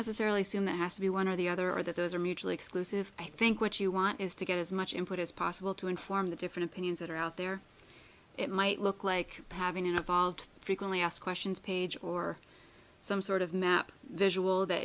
necessarily see in that has to be one or the other or that those are mutually exclusive i think what you want is to get as much input as possible to inform the different opinions that are out there it might look like having an evolved frequently asked questions page or some sort of map visual th